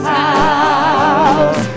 house